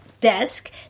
desk